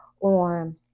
on